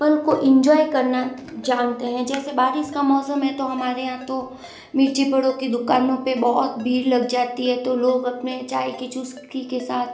हर पल को इन्जॉय करना जानते हैं जैसे बारिश का मौसम हैं तो हमारे यहाँ तो मिर्ची बड़ों की दुकानों पर बहुत भीड़ लग जाती हैं तो लोग अपने चाय की चुस्की के साथ